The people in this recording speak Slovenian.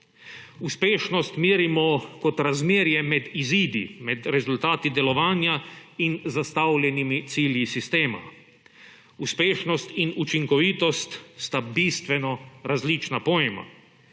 Uspešnost merimo kot razmerje med izidi, med rezultati delovanja in zastavljenimi cilji sistema. Uspešnost in učinkovitost sta bistveno različna pojma.